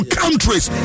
countries